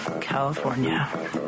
California